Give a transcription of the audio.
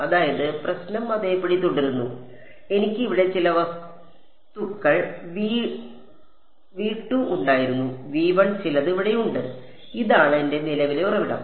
അതായത് പ്രശ്നം അതേപടി തുടരുന്നു എനിക്ക് ഇവിടെ ചില വസ്തുക്കൾ V2 ഉണ്ടായിരുന്നു ചിലത് ഇവിടെയുണ്ട് ഇതാണ് എന്റെ നിലവിലെ ഉറവിടം